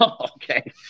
okay